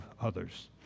others